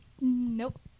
Nope